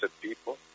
people